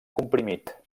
comprimit